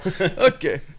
Okay